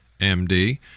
MD